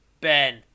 Ben